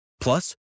Plus